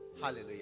Hallelujah